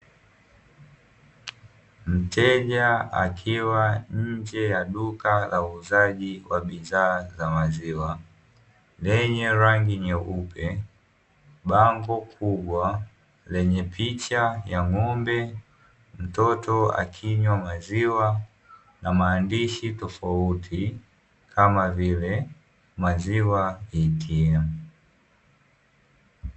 Mteja akiwa nche ya duka la wauzaji wa maziwa lenye picha ya ng'ombe na picha ya mtoto akiwa maziwa na maneno mengine kama mashine ATM